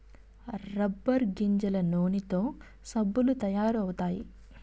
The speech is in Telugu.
రబ్బర్ గింజల నూనెతో సబ్బులు తయారు అవుతాయి